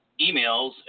emails